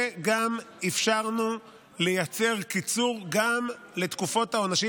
וגם אפשרנו לייצר קיצור גם לתקופות העונשים